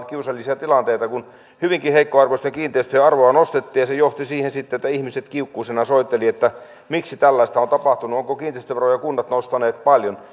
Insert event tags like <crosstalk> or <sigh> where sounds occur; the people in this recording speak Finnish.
<unintelligible> kiusallisia tilanteita kun hyvinkin heikkoarvoisten kiinteistöjen arvoa nostettiin ja se johti siihen sitten että ihmiset kiukkuisina soittelivat että miksi tällaista on tapahtunut ovatko kiinteistöveroja kunnat nostaneet paljon <unintelligible>